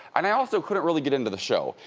and i also couldn't really get into the show.